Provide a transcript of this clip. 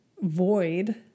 void